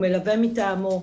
הוא מלווה מטעמו,